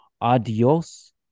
adios